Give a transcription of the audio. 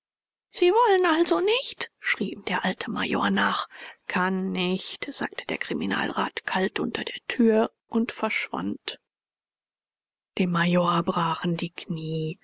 sie wollen also nicht schrie ihm der alte major nach kann nicht sagte der kriminalrat kalt unter der tür und verschwand dem major brachen die knie